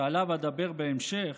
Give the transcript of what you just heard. שעליו אדבר בהמשך,